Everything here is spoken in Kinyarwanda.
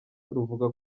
ruvuga